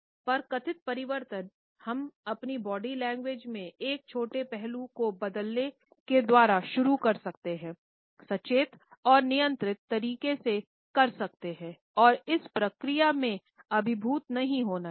पर कथित परिवर्तन हम अपने बॉडी लैंग्वेज में एक छोटे पहलुओं को बदलने के द्वारा शुरू कर सकते हैं सचेत और नियंत्रित तरीके से कर सकते हैं और इस प्रक्रिया से अभिभूत नहीं होना चाहिए